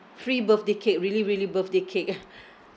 free birthday cake really really birthday cake